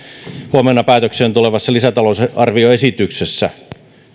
huomenna päätökseen tulevassa lisätalousarvioesityksessä